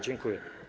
Dziękuję.